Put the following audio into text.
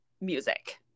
music